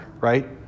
right